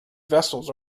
vessels